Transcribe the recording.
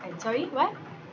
and sorry what